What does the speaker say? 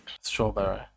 strawberry